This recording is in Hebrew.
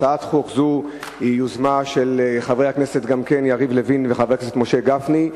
הצעת החוק היא יוזמה גם של חבר הכנסת יריב לוין וחבר הכנסת משה גפני,